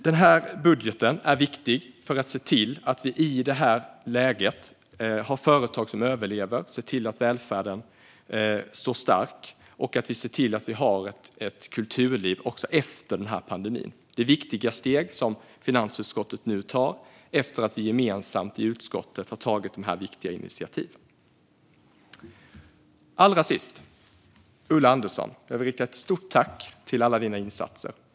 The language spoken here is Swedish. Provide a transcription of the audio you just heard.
Denna budget är viktig i det här läget för att vi ska kunna se till att vi har företag som överlever, att välfärden står stark och att vi har ett kulturliv också efter pandemin. Det är viktiga steg som finansutskottet nu tar efter att vi gemensamt i utskottet har tagit dessa viktiga initiativ. Allra sist, Ulla Andersson, vill jag rikta ett stort tack till dig för alla dina insatser.